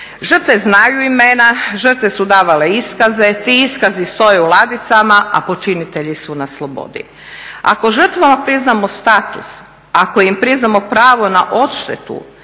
Žrtve znaju imena, žrtve su davale iskaze, ti iskazi stoje u ladicama, a počinitelji su na slobodi. Ako žrtvama priznamo status, ako im priznamo pravo na odštetu